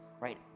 right